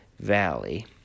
Valley